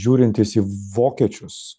žiūrintys į vokiečius